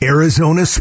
Arizona